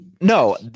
No